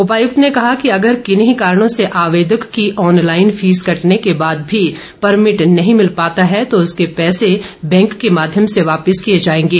उपायुक्त ने कहा कि अगर किन्ही कारणों से आवेदक की ऑनलाईन फीस कटने के बाद भी परमिट नहीं मिल पाता है तो उसके पैसे बैंक के माध्यम से वापिस किए जाएंगे